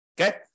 Okay